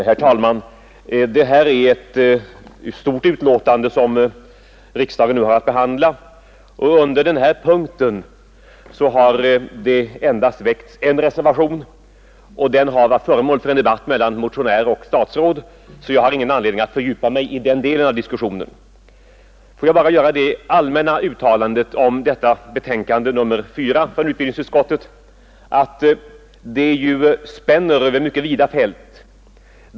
Herr talman! Det är ett stort betänkande som riksdagen nu har att Fredagen den behandla. Under den här punkten har det endast avgivits en reservation, 14 april 1972 och den har varit föremål för en debatt mellan motionär och statsråd, så jag har ingen anledning att fördjupa mig i den delen av diskussionen. Låt mig bara göra det allmänna uttalandet om betänkande nr 4 från utbildningsutskottet att det spänner över vida fält.